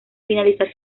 finalizar